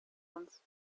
uns